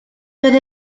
doedd